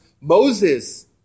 Moses